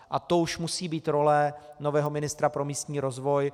A to už musí být role nového ministra pro místní rozvoj.